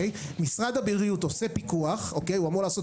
משרד הבריאות עושה פיקוח הוא אמור לעשות